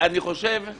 אני מציעה